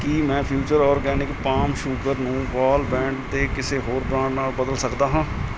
ਕੀ ਮੈਂ future organic palm sugar ਨੂੰ ਵਾਲ ਬੈਂਡ ਦੇ ਕਿਸੇ ਹੋਰ ਬ੍ਰਾਂਡ ਨਾਲ ਬਦਲ ਸਕਦਾ ਹਾਂ